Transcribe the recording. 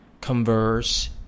converse